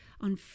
on